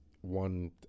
one